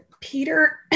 Peter